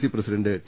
C president T